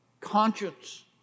conscience